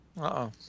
Uh-oh